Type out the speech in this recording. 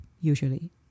usually